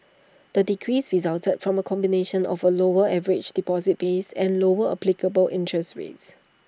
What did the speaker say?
the decrease resulted from A combination of A lower average deposits base and lower applicable interest rates